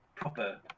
proper